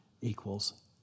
equals